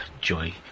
Joy